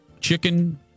Chicken